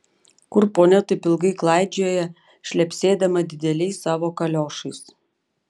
kur ponia taip ilgai klaidžiojo šlepsėdama dideliais savo kaliošais